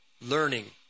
learning